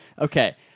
Okay